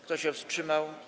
Kto się wstrzymał?